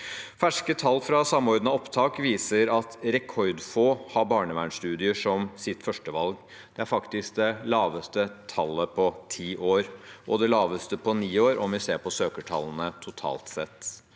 Ferske tall fra Samordna opptak viser at rekordfå har barnevernsstudier som sitt førstevalg. Det er faktisk det laveste tallet på ti år, og det er det laveste tallet på ni år om vi ser på søkertallene totalt sett.